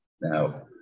Now